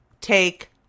take